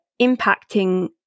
impacting